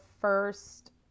first